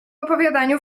opowiadaniu